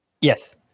Yes